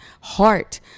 heart